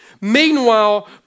Meanwhile